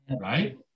right